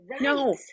No